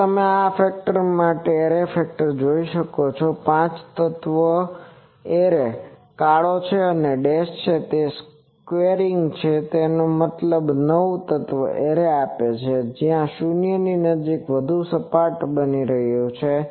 હવે તમે આ માટે એરે ફેક્ટર જોઈ શકો છો કે પાંચ તત્વ એરે કાળો છે અને ડેશ એ તે સ્ક્વેરિંગ છે જે તમને નવ તત્વ એરે આપે છે જ્યાં તે શૂન્યની નજીક વધુ સપાટ બની રહ્યું છે